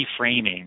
reframing